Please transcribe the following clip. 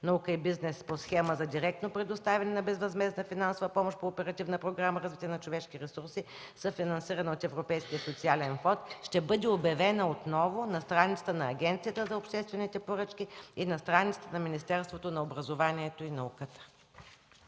„Наука и бизнес” по схема за директно предоставяне на безвъзмездна финансова помощ по Оперативна програма „Развитие на човешки ресурси”, съфинансирана от Европейския социален фонд, ще бъде обявена отново на страницата на Агенцията за обществени поръчки и на страницата на Министерството на образованието и науката.